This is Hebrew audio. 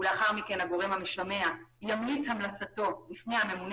לאחר מכן הגורם המשמע ימליץ המלצתו בפני הממונה